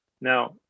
now